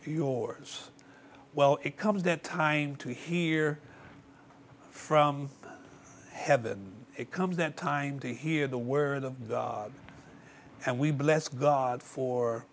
yours well it comes that time to hear from heaven it comes that time to hear the word of god and we bless god for